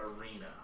Arena